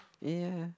ya